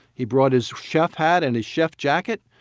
he brought his chef hat and his chef jacket.